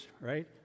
right